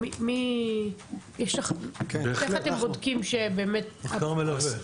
יש מחקר מלווה?